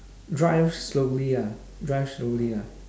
drive slowly ah drive slowly ah